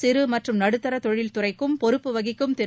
சிறு மற்றம் நடுத்தர தொழில்துறைக்கும் பொறுப்பு வகிக்கும் திரு